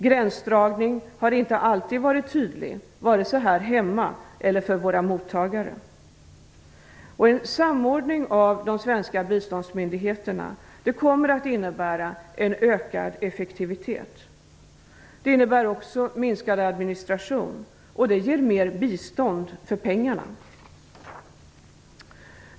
Gränsdragningen har inte alltid varit tydlig, vare sig här hemma eller för våra mottagare. En samordning av de svenska biståndsmyndigheterna kommer att innebära en ökad effektivitet. Det innebär också en minskad administration, och det ger mer bistånd för pengarna.